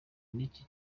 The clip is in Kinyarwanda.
n’iki